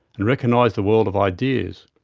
and recognise the world of ideas.